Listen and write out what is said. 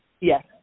Yes